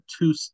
two